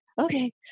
okay